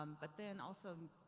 um but then also,